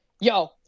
yo